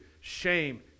Shame